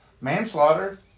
manslaughter